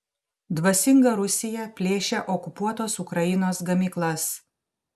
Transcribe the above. dvasinga rusija plėšia okupuotos ukrainos gamyklas